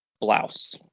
Blouse